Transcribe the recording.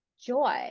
joy